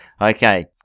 Okay